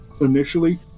initially